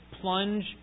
plunge